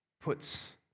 puts